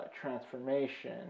transformation